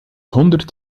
honderd